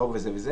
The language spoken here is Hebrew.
צהוב וכולי,